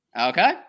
Okay